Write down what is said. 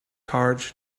hard